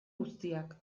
guztiak